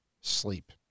sleep